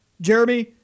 Jeremy